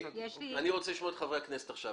אני רוצה לשמוע את חברי הכנסת עכשיו.